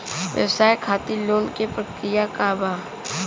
व्यवसाय खातीर लोन के प्रक्रिया का बा?